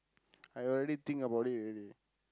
I already think about it already